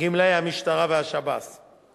גמלאי המשטרה והשב"ס.